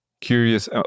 curious